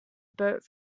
boat